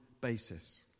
basis